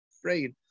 afraid